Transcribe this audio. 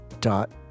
dot